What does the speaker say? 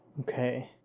Okay